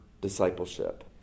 discipleship